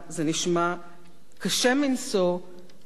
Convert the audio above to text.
קשה מנשוא וקשה לעיכול.